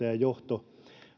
ja johto